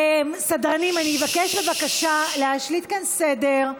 סדרנים, אני אבקש, בבקשה להשליט כאן סדר.